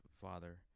father